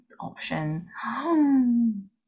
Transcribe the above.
option